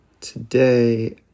today